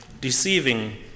deceiving